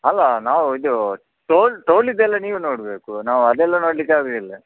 ಅಲ್ಲ ನಾವು ಇದೂ ಟೋಲ್ ಟೋಲಿದು ಎಲ್ಲ ನೀವೇ ನೋಡಬೇಕು ನಾವು ಅದೆಲ್ಲ ನೋಡಲಿಕ್ಕೆ ಆಗೋದಿಲ್ಲ